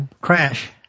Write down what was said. crash